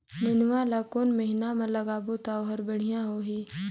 नेनुआ ला कोन महीना मा लगाबो ता ओहार बेडिया होही?